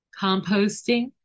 composting